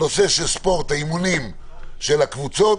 הנושא של ספורט אימונים של קבוצות,